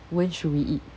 when should we eat